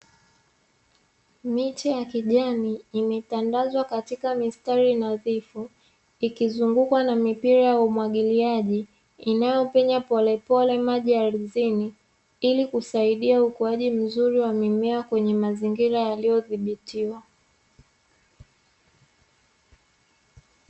Miche ya kijani imetandazwa katika mistari nadhifu, ikizungukwa na mipira ya umwagiliaji, inayopenya polepole maji ardhini ili kusaidia ukuaji mzuri wa mimea kwenye mazingira yaliyodhibitiwa.